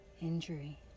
injury